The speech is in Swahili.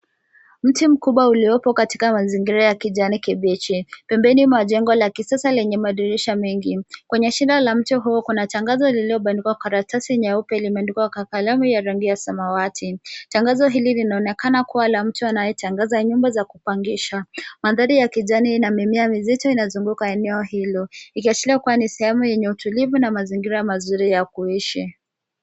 Mti mkubwa ulioko katika mazingira ya kijani kibichi, pembeni mwa jengo la kisasa lenye madirisha mengi, kwenye shina la mti huu kuna tangazo lililobandikwa karatasi nyeupe limeandikwa kwa kalamu ya rangi ya samawati. Tangazo hili linaonekana kuwa la mtu anaetangaza nyumba za kupangisha, mandhari ya kijani ina mimea mizito inazunguka eneo hilo ikiashiria kuwa ni eneo lenye utulivu na mazingira mazuri ya kuishi.